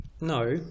No